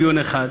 דיון אחד